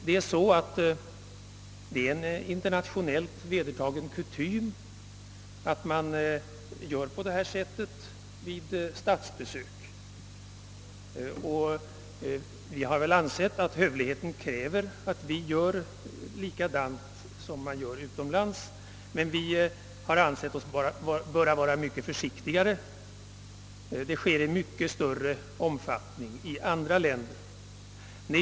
Det är en internationellt vedertagen kutym att göra på detta sätt vid statsbesök. Vi har ansett att hövligheten kräver att vi förfar på samma sätt som man gör utomlands. Vi har dock ansett oss böra vara mycket försiktigare i detta avseende; förfarandet förekommer i mycket större omfattning i andra länder.